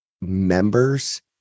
members